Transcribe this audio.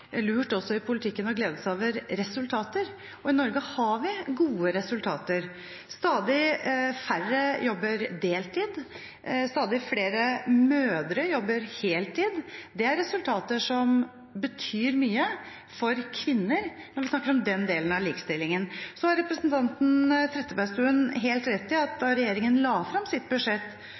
også i politikken – å glede seg over resultater. I Norge har vi gode resultater. Stadig færre jobber deltid, stadig flere mødre jobber heltid – det er resultater som betyr mye for kvinner når vi snakker om den delen av likestillingen. Så har representanten Trettebergstuen helt rett i at da regjeringen la frem sitt budsjett,